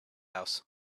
house